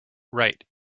right